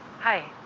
hi.